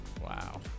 Wow